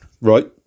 Right